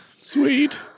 Sweet